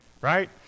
right